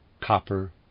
copper